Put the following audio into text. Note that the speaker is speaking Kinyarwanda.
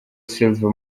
silva